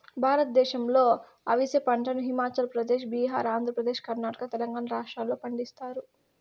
భారతదేశంలో అవిసె పంటను హిమాచల్ ప్రదేశ్, బీహార్, ఆంధ్రప్రదేశ్, కర్ణాటక, తెలంగాణ రాష్ట్రాలలో పండిస్తారు